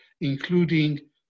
including